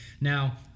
now